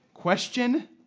Question